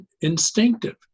instinctive